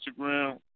Instagram